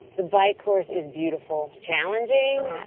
the bike course is beautiful. it's challenging,